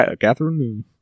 Catherine